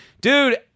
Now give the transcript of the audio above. dude